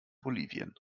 bolivien